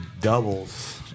doubles